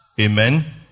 Amen